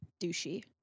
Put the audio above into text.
douchey